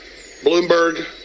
Bloomberg